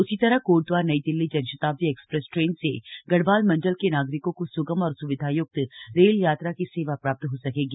उसी तरह Kotdwar New Delhi Janshatabdi express train से गढ़वाल मंडल के नागरिकों को सुगम और सुविधायुक्त रेल यात्रा की सेवा प्राप्त हो सकेगी